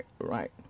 right